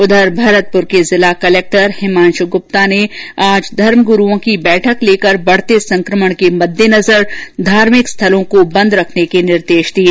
उधर भरतपुर के जिला कर्लेक्टर हिमांश गुप्ता ने आज धर्म गुरूओं की बैठक लेकर बढ़ते संकमण के मद्देनजर धार्मिक स्थलों को बंद रखने के निर्देश दिये